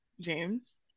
james